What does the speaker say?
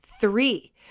Three